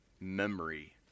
memory